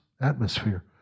atmosphere